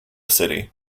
city